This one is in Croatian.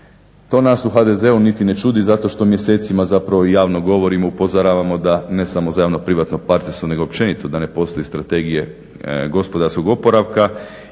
To nas u HDZ-u niti ne čudi zato što mjesecima zapravo i javno govorimo, upozoravamo da ne samo za javno-privatno partnerstvo nego općenito da ne postoji strategije gospodarskog oporavka